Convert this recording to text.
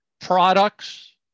Products